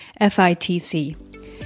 FITC